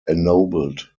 ennobled